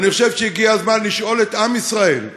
ואני חושב שהגיע הזמן לשאול את עם ישראל,